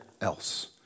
else